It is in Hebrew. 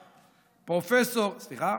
פרופ' סליחה?